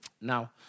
Now